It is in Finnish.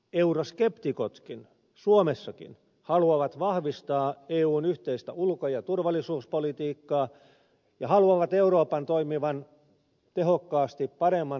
euroskeptikotkin suomessakin haluavat vahvistaa eun yhteistä ulko ja turvallisuuspolitiikkaa ja haluavat euroopan toimivan tehokkaasti paremman globalisaationhallinnan puolesta